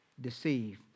deceived